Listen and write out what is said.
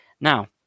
Now